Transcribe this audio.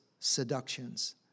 seductions